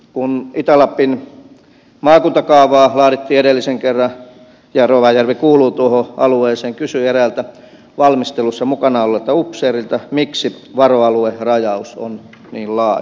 kun itä lapin maakuntakaavaa laadittiin edellisen kerran ja kun rovajärvi kuuluu tuohon alueeseen kysyin eräältä valmistelussa mukana olleelta upseerilta miksi varoaluerajaus on niin laaja